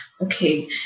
okay